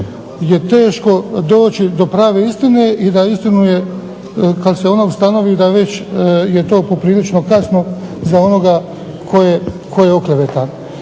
je teško doći do prave istine i da istinu kada se ona ustanovi da je to poprilično kasno za onoga tko je oklevetan.